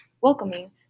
welcoming